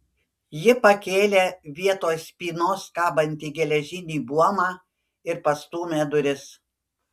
ji pakėlė vietoj spynos kabantį geležinį buomą ir pastūmė duris